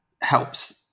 helps